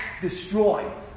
Destroy